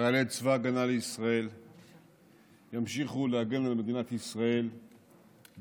חיילי צבא ההגנה לישראל ימשיכו להגן על מדינת ישראל בתוך